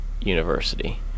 University